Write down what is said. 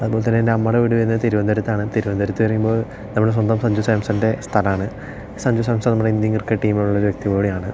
അത് പോലെ തന്നെ എന്റെ അമ്മയുടെ വീട് വരുന്നത് തിരുവനന്തപുരത്താണ് തിരുവനന്തപുരത്ത് എന്ന് പറയുമ്പോൾ നമ്മുടെ സ്വന്തം സഞ്ജു സാംസൻ്റെ സ്ഥലമാണ് സഞ്ജു സാംസൺ നമ്മുടെ ഇന്ത്യൻ ക്രിക്കറ്റ് ടീമിലുള്ള ഒരു വ്യക്തി കൂടി ആണ്